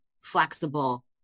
flexible